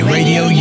Radio